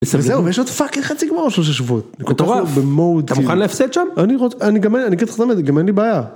זהו יש עוד פאקינג חצי גבוהה או שלושה שבועות, מטורף אתה מוכן להפסד שם, אני גם אין לי בעיה.